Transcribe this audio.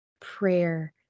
prayer